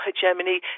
hegemony